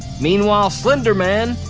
meanwhile slender man,